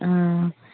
ஆ